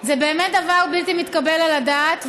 זה באמת דבר בלתי מתקבל על הדעת,